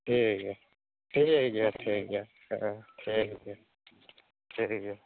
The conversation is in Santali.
ᱴᱷᱤᱠ ᱜᱮᱭᱟ ᱴᱷᱤᱠ ᱜᱮᱭᱟ ᱴᱷᱤᱠ ᱜᱮᱭᱟ ᱚ ᱴᱷᱤᱠ ᱜᱮᱭᱟ ᱴᱷᱤᱠ ᱜᱮᱭᱟ